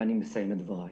ואני מסיים את דבריי: